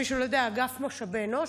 למי שלא יודע: אגף משאבי אנוש.